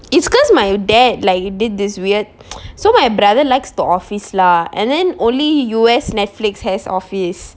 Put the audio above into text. it's cause my dad like you did this weird so my brother likes the office lah and then only U_S netflix has office